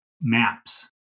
maps